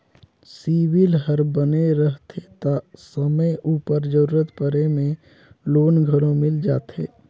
CIBIL हर बने रहथे ता समे उपर जरूरत परे में लोन घलो मिल जाथे